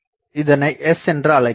இதனை S என்று அழைக்கிறோம்